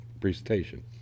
presentation